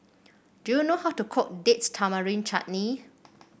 do you know how to cook Date Tamarind Chutney